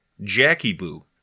Jackie-boo